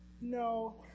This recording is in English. No